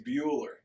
Bueller